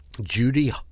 Judy